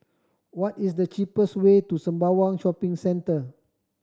what is the cheapest way to Sembawang Shopping Centre